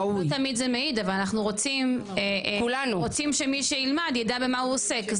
לא תמיד זה מעיד אבל אנחנו רוצים שמי שילמד ידע במה הוא עוסק,